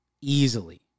Easily